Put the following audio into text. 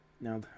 Now